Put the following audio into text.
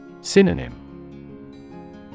Synonym